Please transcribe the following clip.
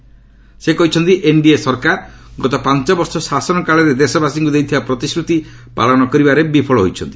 ଶ୍ରୀ ଗାନ୍ଧି କହିଛନ୍ତି ଏନ୍ଡିଏ ସରକାର ଗତ ପାଞ୍ଚ ବର୍ଷ ଶାସନ କାଳରେ ଦେଶବାସୀଙ୍କୁ ଦେଇଥିବା ପ୍ରତିଶ୍ରତି ପାଳନ କରିବାରେ ବିଫଳ ହୋଇଛନ୍ତି